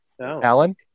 Alan